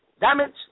damage